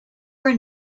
were